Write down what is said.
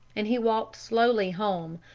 and he walked slowly home,